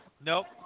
Nope